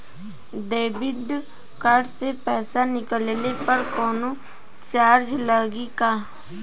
Debit card से पैसा निकलले पर कौनो चार्ज लागि का?